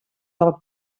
del